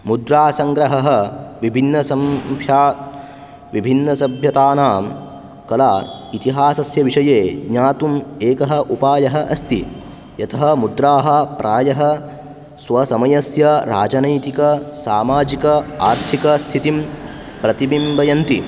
मुद्रासङ्ग्रहः विबिन्न संशा विभिन्नसभ्यतानां कला इतिहासस्य विषये ज्ञातुम् एकः उपायः अस्ति यतः मुद्राः प्रायः स्वसमयस्य राजनैतिकसामाजिक आर्थिकस्थितिं प्रतिबिम्बयन्ति